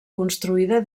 construïda